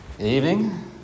Evening